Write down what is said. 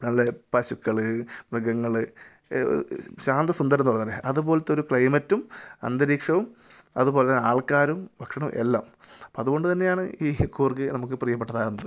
നല്ല പശുക്കൾ മൃഗങ്ങൾ ശാന്തസുന്ദരം എന്നു പറയുന്നതു പോലെ അതുപോലത്തൊരു ക്ലൈമറ്റും അന്തരീക്ഷവും അതുപോലെതന്നെ ആള്ക്കാരും ഭക്ഷണവും എല്ലാം അപ്പോൾ അതുകൊണ്ടു തന്നെയാണ് ഈ കൂര്ഗ് നമുക്ക് പ്രിയപ്പെട്ടതാകുന്നത്